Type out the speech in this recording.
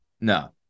no